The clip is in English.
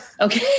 okay